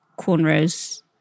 cornrows